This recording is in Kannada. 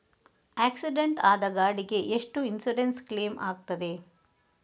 ಆಕ್ಸಿಡೆಂಟ್ ಆದ ಗಾಡಿಗೆ ಎಷ್ಟು ಇನ್ಸೂರೆನ್ಸ್ ಕ್ಲೇಮ್ ಆಗ್ತದೆ?